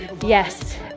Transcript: yes